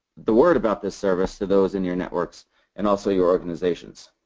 the word about this service to those in your networks and also your organizations.